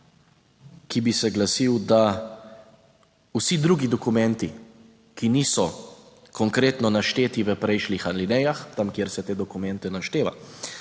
ki bi se glasil, da vsi drugi dokumenti, ki niso konkretno našteti v prejšnjih alinejah, tam, kjer se te dokumente našteva,